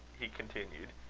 he continued,